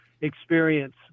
experience